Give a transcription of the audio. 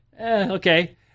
Okay